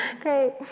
Great